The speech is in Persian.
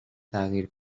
تغییر